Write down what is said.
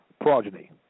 progeny